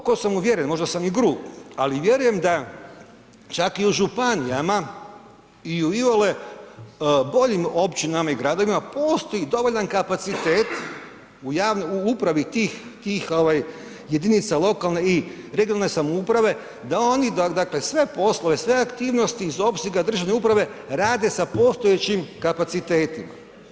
Duboko sam uvjeren možda sam i grub, ali vjerujem da čak i u županijama i u iole boljim općinama i gradovima postoji dovoljan kapacitet u upravi tih, tih jedinica lokalne i regionalne samouprave da oni dakle sve poslove, sve aktivnosti iz opsega državne uprave rade sa postojećim kapacitetima.